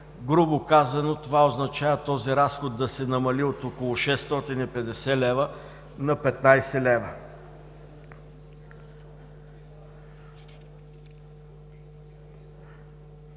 Грубо казано, това означава този разход да се намали от около 650 лв. на 15 лв.